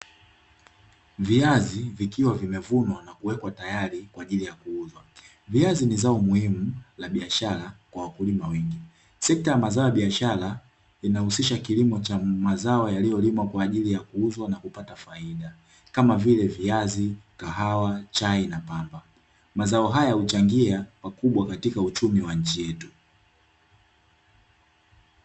Viazi vikiwa vimevunwa na kuwekwa tayari kwa ajili ya kuuzwa. Viazi ni zao muhimu la biashara kwa wakulima wengi. Sekta ya mazao ya biashara inahusisha kilimo cha mazao yaliyolimwa kwa ajili ya kuuzwa na kupata faida, kama vile viazi, kahawa, chai na pamba. Mazao haya huchangia kwa ukubwa katika uchumi wa nchi yetu.